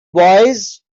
boys